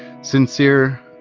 sincere